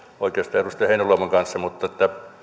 oikeastaan edustaja heinäluoman kanssa mutta